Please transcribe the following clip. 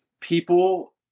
people